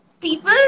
people